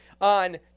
on